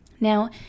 Now